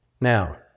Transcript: Now